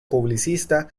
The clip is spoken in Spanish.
publicista